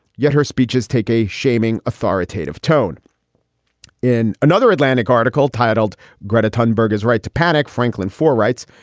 yet her speeches take a shaming, authoritative tone in another atlantic article titled gret a ton, berg is right to panic. franklin four, writes,